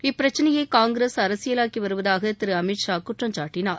இப்பிரச்சனையை காங்கிரஸ் அரசியலாக்கி வருவதாக திரு அமித் ஷா குற்றம் சாட்டினார்